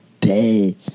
day